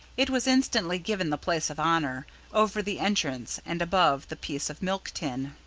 it was instantly given the place of honour over the entrance and above the piece of milk tin.